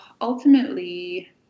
ultimately